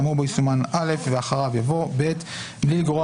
האמור בו יסומן "(א)" ואחריו יבוא: "(ב) בלי לגרוע